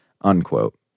unquote